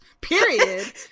Period